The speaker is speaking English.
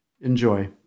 enjoy